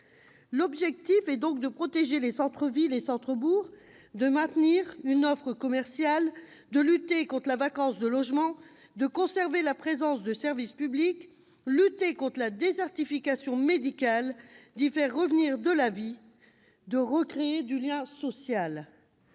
L'objectif est donc de protéger les centres-villes et centres-bourgs, de maintenir une offre commerciale, de lutter contre la vacance de logements, de conserver la présence de services publics, de lutter contre la désertification médicale, de faire revenir de la vie, de recréer du lien social,